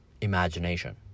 imagination